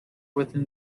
within